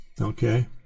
Okay